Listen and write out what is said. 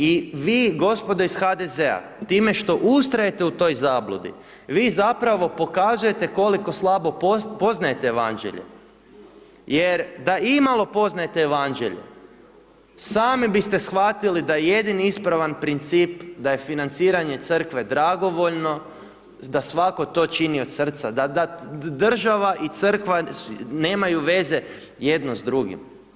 I vi gospodo iz HDZ-a, time što ustrajete u toj zabludi, vi zapravo pokazujete koliko slabo poznajete Evanđelje jer da imalo poznajete Evanđelje, sami biste shvatili da jedini ispravan princip da je financiranje crkve dragovoljno, da svatko to čini od srca, da država i crkva nemaju veze jedno s drugim.